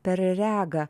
per regą